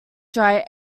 drier